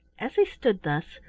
as he stood thus,